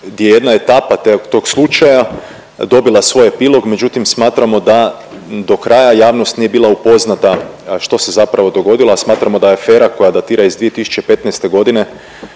gdje je jedna etapa tog slučaja dobila svoj epilog međutim smatramo da do kraja javnost nije bila upoznata što se zapravo dogodilo, a smatramo da afera koja datira iz 2015. godine